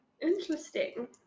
Interesting